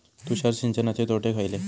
तुषार सिंचनाचे तोटे खयले?